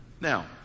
Now